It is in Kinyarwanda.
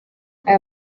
aya